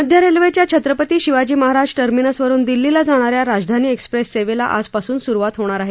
मध्य रेल्वेच्या छत्रपती शिवाजी महाराज टर्मिनसवरुन दिल्लीला जाणा या राजधानी एक्सप्रेस सेवेला आजपासून सुरुवात होणार आहे